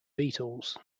beatles